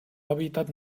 hábitat